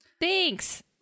Thanks